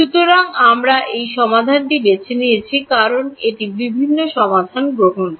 সুতরাং আমরা এই সমাধানটি বেছে নিয়েছি কারণ এটি বিভিন্ন সমাধান গ্রহণ করে